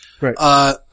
Right